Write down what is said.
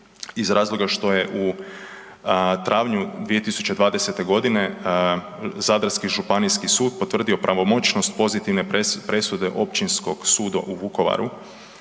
iz razloga što je u travnju 2020. godine Zadarski županijski sud potvrdio pravomoćnost pozitivne presude Općinskog suda u Vukovaru